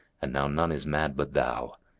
and now none is mad but thou.